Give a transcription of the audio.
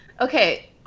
Okay